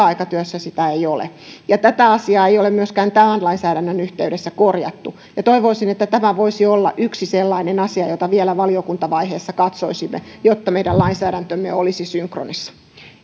aikatyössä niitä ei ole tätä asiaa ei ole myöskään tämän lainsäädännön yhteydessä korjattu ja toivoisin että tämä voisi olla yksi sellainen asia jota vielä valiokuntavaiheessa katsoisimme jotta meidän lainsäädäntömme olisi synkronissa